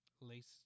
Lace